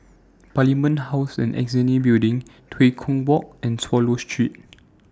Parliament House and Annexe Building Tua Kong Walk and Swallow Street